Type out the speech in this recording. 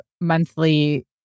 monthly